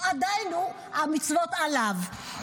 עדיין המצוות עליו.